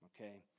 okay